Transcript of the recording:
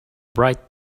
bright